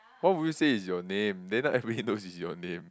why would you say it's your name then now everyone knows it's your name